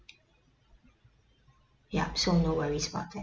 yup so no worries about that